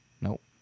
Nope